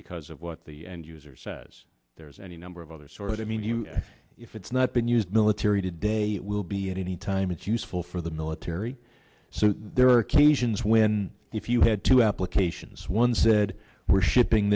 because of what the end user says there's any number of other sort i mean you know if it's not been used military today it will be at any time it's useful for the military so there are occasions when if you had two applications one said we're shipping